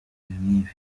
nk’ibi